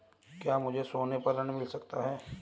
क्या मुझे सोने पर ऋण मिल सकता है?